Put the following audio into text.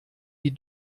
die